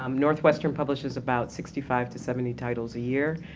um northwestern publishes about sixty five seventy titles a year,